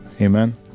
amen